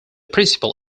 principal